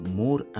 more